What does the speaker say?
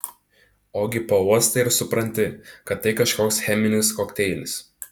ogi pauostai ir supranti kad tai kažkoks cheminis kokteilis